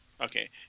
Okay